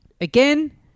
again